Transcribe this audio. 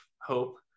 hope